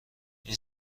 این